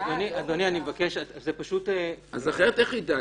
אז איך הוא יידע?